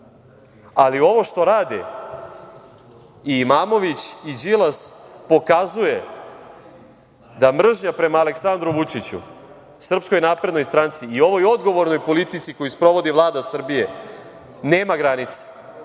Ali, ovo što rade i Imamović i Đilas pokazuje da mržnja prema Aleksandru Vučiću, SNS i ovoj odgovornoj politici koju sprovodi Vlada Srbije nema granice